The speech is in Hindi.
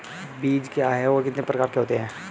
बीज क्या है और कितने प्रकार के होते हैं?